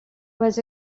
was